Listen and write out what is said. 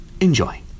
Enjoy